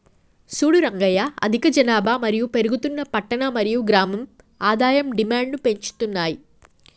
సూడు రంగయ్య అధిక జనాభా మరియు పెరుగుతున్న పట్టణ మరియు గ్రామం ఆదాయం డిమాండ్ను పెంచుతున్నాయి